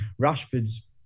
Rashford's